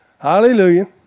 Hallelujah